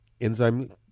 Enzyme